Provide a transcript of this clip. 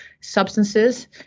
substances